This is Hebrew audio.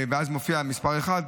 ואז מופיע המספר אחת,